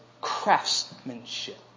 craftsmanship